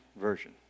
Version